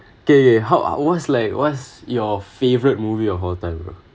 okay how what’s like what's your favourite movie of all time ah